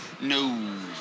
No